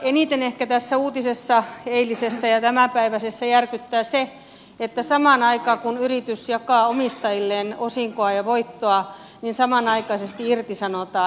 eniten ehkä tässä uutisessa eilisessä ja tämänpäiväisessä järkyttää se että samaan aikaan kun yritys jakaa omistajilleen osinkoa ja voittoa irtisanotaan